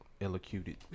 Elocuted